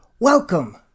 Welcome